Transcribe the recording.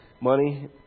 money